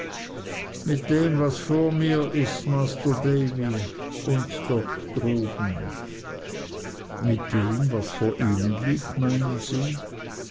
mit dem was vor mir ist masr davy und dort droben mit dem was vor ihnen liegt meinen sie